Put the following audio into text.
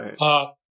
Right